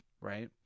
right